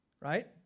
right